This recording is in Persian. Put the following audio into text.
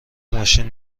ماشین